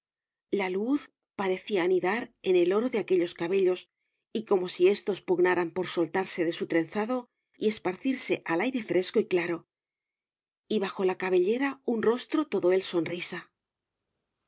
la luz parecía anidar en el oro de aquellos cabellos y como si éstos pugnaran por soltarse de su trenzado y esparcirse al aire fresco y claro y bajo la cabellera un rostro todo él sonrisa soy